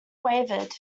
wavered